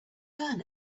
learn